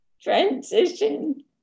transition